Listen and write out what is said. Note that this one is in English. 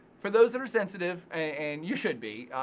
for those that are sensitive and you should be,